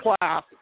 class